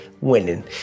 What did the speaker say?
winning